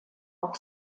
auch